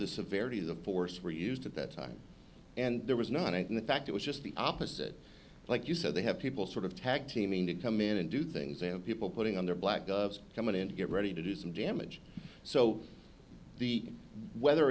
the severity of the force were used at that time and there was not in fact it was just the opposite like you said they have people sort of tag teaming to come in and do things and people putting on their blackguards come in and get ready to do some damage so the whether